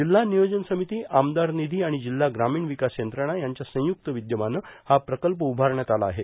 जिल्हा नियोजन समिती आमदार निधी आणि जिल्हा ग्रामीण विकास यंत्रणा यांच्या संयुक्त विद्यमानं हा प्रकल्प उभारण्यात आला आहे